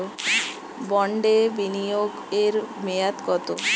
বন্ডে বিনিয়োগ এর মেয়াদ কত?